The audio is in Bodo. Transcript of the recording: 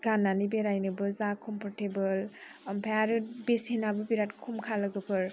गाननानै बेरायनोबो जा कमफरटेबोल ओमफ्राय आरो बेसेनाबो बिराद खमखा लोगोफोर